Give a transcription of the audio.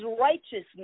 righteousness